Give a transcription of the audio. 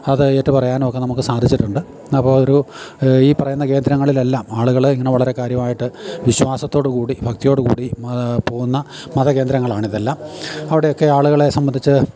അത് ഏറ്റുപറയാനുമൊക്കെ നമുക്കു സാധിച്ചിട്ടുണ്ട് അപ്പോള് ഒരു ഈ പറയുന്ന കേന്ദ്രങ്ങളിലെല്ലാം ആളുകള് ഇങ്ങനെ വളരെ കാര്യമായിട്ട് വിശ്വാസത്തോടുകൂടി ഭക്തിയോടുകൂടി പോകുന്ന മത കേന്ദ്രങ്ങളാണ് ഇതെല്ലാം അവിടെയൊക്കെ ആളുകളെ സംബന്ധിച്ച്